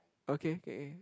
okay